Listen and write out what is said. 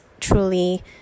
truly